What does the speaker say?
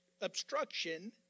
obstruction